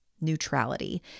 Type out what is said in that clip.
Neutrality